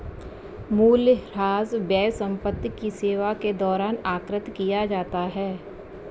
मूल्यह्रास व्यय संपत्ति की सेवा के दौरान आकृति किया जाता है